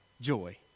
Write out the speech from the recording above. joy